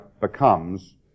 becomes